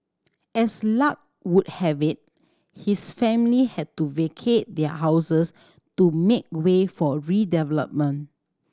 as luck would have it his family had to vacate their houses to make way for redevelopment